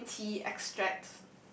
green tea extract